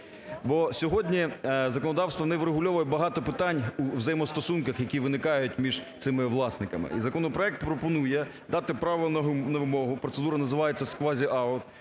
Бо сьогодні законодавство не врегульовує багато питань у взаємостосунках, які виникають між цими власниками. І законопроект пропонує дати право на вимогу, процедура називається "сквіз-аут",